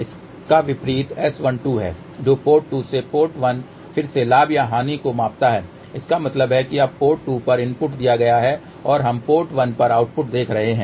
इसका विपरीत S12 है जो पोर्ट 2 से पोर्ट 1 फिर से लाभ या हानि को मापता है इसका मतलब है कि अब पोर्ट 2 पर इनपुट दिया गया है और हम पोर्ट 1 पर आउटपुट देख रहे हैं